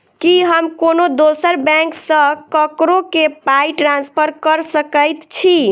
की हम कोनो दोसर बैंक सँ ककरो केँ पाई ट्रांसफर कर सकइत छि?